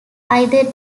either